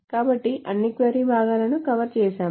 కాబట్టి అన్ని క్వరీ భాగాలను కవర్ చేసాము